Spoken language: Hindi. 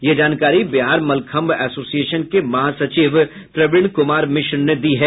यह जानकारी बिहार मलखंभ एसोसिएशन के महासचिव प्रणीण कुमार मिश्र ने दी है